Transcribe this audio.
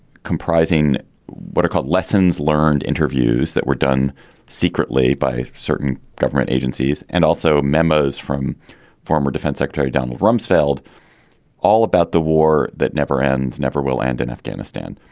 comprising what are called lessons learned, interviews that were done secretly by certain government agencies, and also memos from former defense secretary donald rumsfeld all about the war that never ends, never will. and in afghanistan.